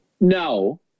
No